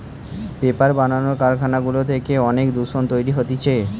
paper বানানো কারখানা গুলা থেকে অনেক দূষণ তৈরী হতিছে